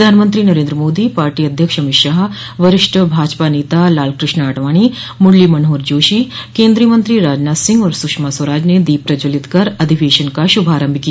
प्रधानमंत्री नरेन्द्र मोदी पार्टी अध्यक्ष अमित शाह वरिष्ठ भाजपा नेता लालकृष्ण आडवाणी मुरली मनोहर जोशी केन्द्रीय मंत्री राजनाथ सिंह और सुषमा स्वराज ने दीप प्रज्ज्वलित कर अधिवेशन का शुभारम्भ किया